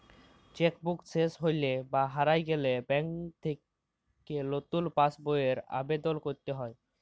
cheque book শেস হৈলে বা হারায় গেলে ব্যাংকে লতুন পাস বইয়ের আবেদল কইরতে হ্যয়